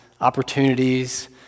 opportunities